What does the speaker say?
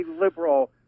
liberal